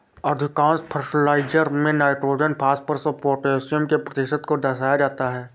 अधिकांश फर्टिलाइजर में nitrogen, phosphorus और पौटेशियम के प्रतिशत को दर्शाया जाता है